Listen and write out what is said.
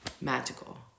magical